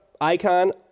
icon